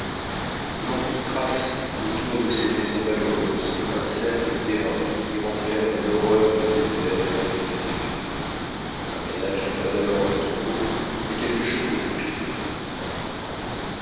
l'ennui trace autour de ces maisons malheureuses un cercle d'airain qui renferme l'horreur du désert et l'infini du vide un ménage n'est pas alors un tombeau mais quelque chose de pire un couvent